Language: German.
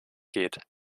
geht